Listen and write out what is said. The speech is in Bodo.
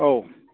औ